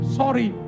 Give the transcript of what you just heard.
sorry